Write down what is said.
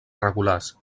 regulars